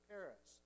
Paris